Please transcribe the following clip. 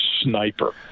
sniper